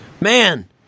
Man